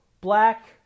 Black